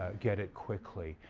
get it quickly.